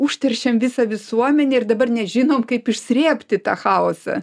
užteršėme visą visuomenę ir dabar nežinome kaip išsrėbti tą chaosą